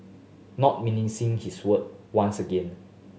not mincing his word once again